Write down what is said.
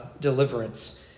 deliverance